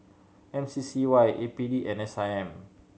M C C Y A P D and S I M